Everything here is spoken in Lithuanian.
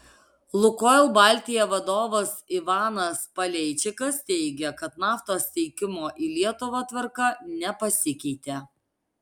lukoil baltija vadovas ivanas paleičikas teigė kad naftos tiekimo į lietuvą tvarka nepasikeitė